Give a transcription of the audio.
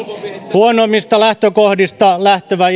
huonommista lähtökohdista lähtevä